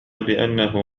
بأنه